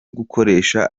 gukoresha